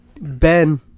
ben